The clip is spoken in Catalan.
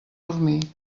dormir